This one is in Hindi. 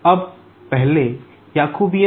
अब पहले जैकबियन